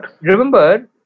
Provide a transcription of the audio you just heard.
Remember